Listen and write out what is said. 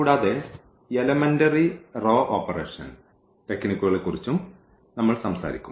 കൂടാതെ elementary row operation ടെക്നിക്കുകളെക്കുറിച്ചും നമ്മൾ സംസാരിക്കും